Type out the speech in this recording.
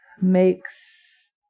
makes